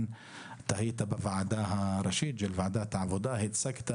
השתתפת בישיבת ועדת העבודה והרווחה, הצגת